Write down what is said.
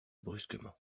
brusquement